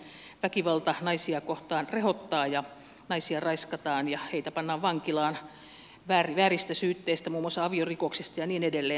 nythän väkivalta naisia kohtaan rehottaa naisia raiskataan ja heitä pannaan vankilaan vääristä syytteistä muun maussa aviorikoksista ja niin edelleen